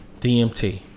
DMT